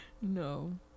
No